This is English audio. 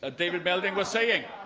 ah david melding was saying